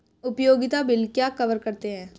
उपयोगिता बिल क्या कवर करते हैं?